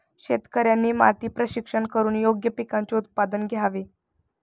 शेतकऱ्यांनी माती परीक्षण करून योग्य पिकांचे उत्पादन घ्यावे